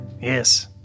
yes